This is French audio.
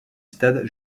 stade